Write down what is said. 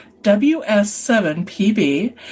WS7PB